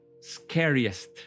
scariest